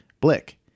Blick